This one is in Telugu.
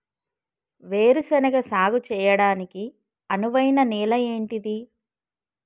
వేరు శనగ సాగు చేయడానికి అనువైన నేల ఏంటిది?